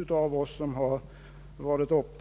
Mot detta har väl ingen opponerat